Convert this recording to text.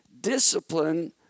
discipline